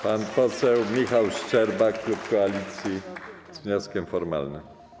Pan poseł Michał Szczerba, klub Koalicji, z wnioskiem formalnym.